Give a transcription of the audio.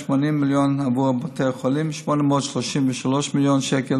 כ-180 מיליון עבור בתי החולים ו-833 מיליון שקל